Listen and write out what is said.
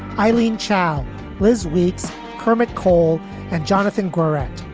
eileen child was weeks kermit cole and jonathan garecht,